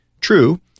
True